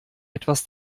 etwas